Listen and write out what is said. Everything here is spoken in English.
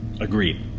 Agreed